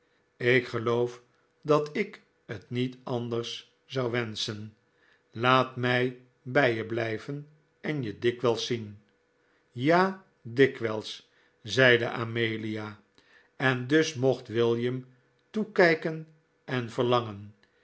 ik geloof dat ik het niet anders zou wenschen laat mij bij je blijven en je dikwijls zien ja dikwijls zeide amelia en dus mocht william toekijken en verlangen